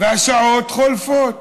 והשעות חולפות.